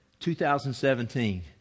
2017